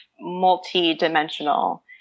multi-dimensional